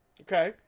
Okay